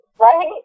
right